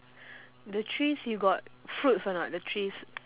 the trees you got fruits or not the trees